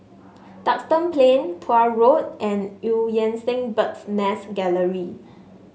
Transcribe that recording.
Duxton Plain Tuah Road and Eu Yan Sang Bird's Nest Gallery